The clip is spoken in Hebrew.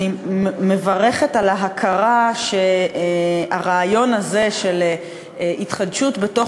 מברכת על ההכרה שהרעיון הזה של התחדשות בתוך